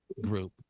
group